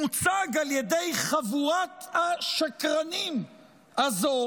מוצג על ידי חבורת השקרנים הזו